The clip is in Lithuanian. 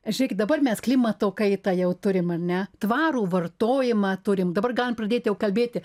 žėkit dabar mes klimato kaitą jau turim ar ne tvarų vartojimą turim dabar galim pradėt kalbėti